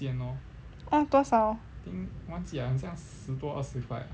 花多少